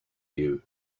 you